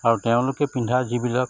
আৰু তেওঁলোকে পিন্ধা যিবিলাক